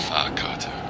Fahrkarte